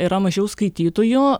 yra mažiau skaitytojų